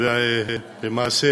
ולמעשה